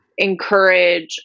encourage